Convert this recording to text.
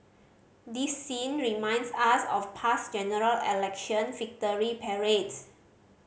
this scene reminds us of past General Election victory parades